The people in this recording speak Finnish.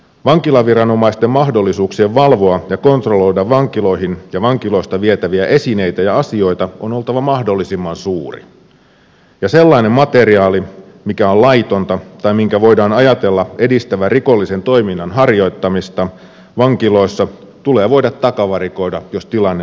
vankilaviranomaisten mahdollisuuden valvoa ja kontrolloida vankiloihin ja vankiloista vietäviä esineitä ja asioita on oltava mahdollisimman suuri ja sellainen materiaali mikä on laitonta tai minkä voidaan ajatella edistävän rikollisen toiminnan harjoittamista vankiloissa tulee voida takavarikoida jos tilanne niin vaatii